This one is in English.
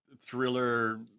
thriller-